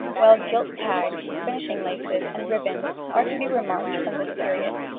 while gilt tags, finishing laces, and ribbons are to be remarked from this period.